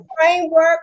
framework